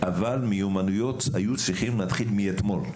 אבל מיומנויות היו צריכים להתחיל מאתמול.